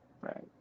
Right